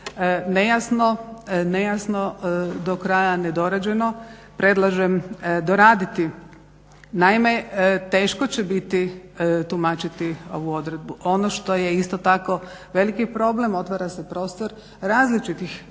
nejasno do kraja nedorađeno. Predlažem doraditi naima, teško će biti tumačiti ovu odredbu. Ono što je isto tako veliki problem, otvara se prostor različitih